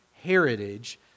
heritage